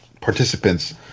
participants